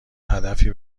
هدفی